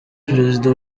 perezida